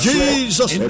Jesus